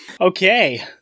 Okay